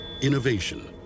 Innovation